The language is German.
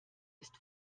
ist